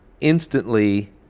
Instantly